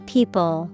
People